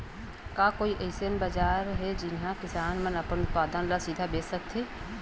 का कोई अइसे बाजार हे जिहां किसान मन अपन उत्पादन ला सीधा बेच सकथे?